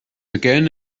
again